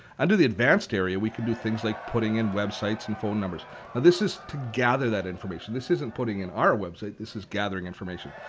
under the advanced area, we can do things like putting in websites and phone numbers. now this is to gather that information. this isn't putting it in our website. this is gathering information.